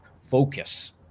focus